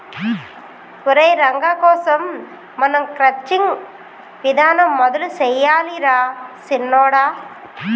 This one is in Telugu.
ఒరై రంగ కోసం మనం క్రచ్చింగ్ విధానం మొదలు సెయ్యాలి రా సిన్నొడా